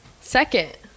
Second